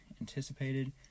anticipated